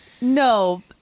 No